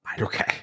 okay